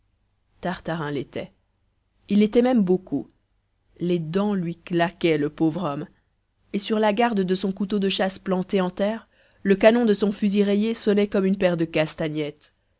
tartarin l'était il l'était même beaucoup les dents lui claquaient le pauvre homme et sur la garde de son couteau de chasse planté en terre le canon de son fusil rayé sonnait comme une paire de castagnettes